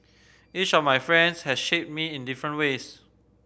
each of my friends has shaped me in different ways